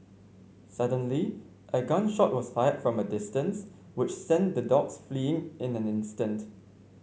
suddenly a gun shot was fired from a distance which sent the dogs fleeing in an instant